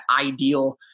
ideal